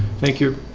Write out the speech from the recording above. thank you.